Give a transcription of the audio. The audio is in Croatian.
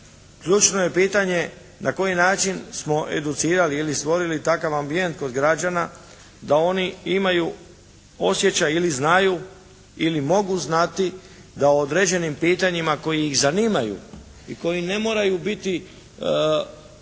ključno je pitanje na koji način smo educirali ili stvorili takav ambijent kod građana da oni imaju osjećaj ili znaju ili mogu znati da u određenim pitanjima koje ih zanimaju i koje ne moraju biti bilo